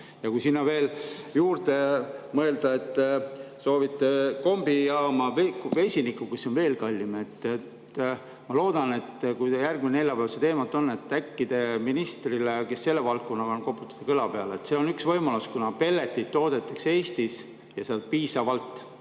ja kui sinna veel juurde mõelda, et soovite kombijaama, vesinikku, siis see on veel kallim. Ma loodan, et kui teil järgmine neljapäev see teema on, siis äkki te ministrile, kes selle valdkonnaga [tegeleb], koputate õla peale. See on üks võimalus, kuna pelleteid toodetakse Eestis ja piisavalt.